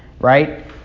Right